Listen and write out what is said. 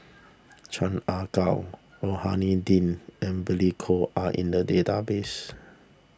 Chan Ah Kow Rohani Din and Billy Koh are in the database